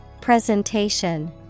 Presentation